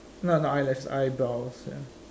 no not eyelash eyebrows ya